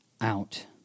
out